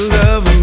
love